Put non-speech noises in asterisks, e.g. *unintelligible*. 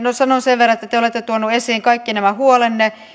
*unintelligible* no sanon sen verran että te olette tuoneet esiin kaikki nämä huolenne